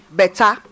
better